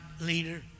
leader